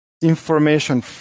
information